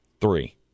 Three